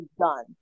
done